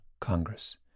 Congress